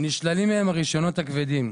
נשללים מהם הרישיונות הכבדים.